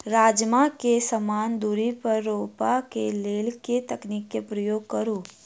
राजमा केँ समान दूरी पर रोपा केँ लेल केँ तकनीक केँ प्रयोग करू?